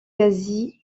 quasi